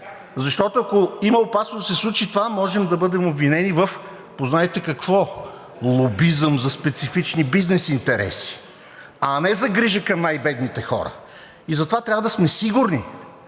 Защото, ако има опасност да се случи това, можем да бъдем обвинени в – познайте какво? Лобизъм за специфични бизнес интереси, а не за грижа към най-бедните хора. Затова трябва да сме сигурни,